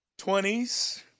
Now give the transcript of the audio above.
20s